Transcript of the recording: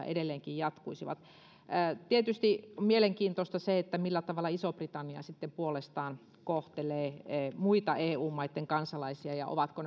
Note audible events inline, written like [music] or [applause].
[unintelligible] edelleenkin jatkuisivat tietysti se on mielenkiintoista millä tavalla iso britannia sitten puolestaan kohtelee muita eu maitten kansalaisia ja ovatko [unintelligible]